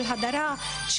של הדרה,